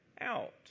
out